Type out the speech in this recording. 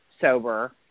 sober